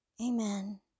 Amen